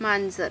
मांजर